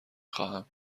خواهم